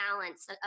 balance